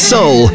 Soul